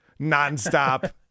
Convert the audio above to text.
nonstop